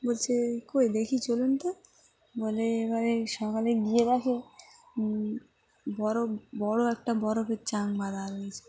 বলছে কই দেখি চলুন তো বলে এবারে সকালে গিয়ে রাখে বরফ বড়ো একটা বরফের চাং বাঁধা রয়েছে